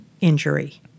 injury